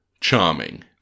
charming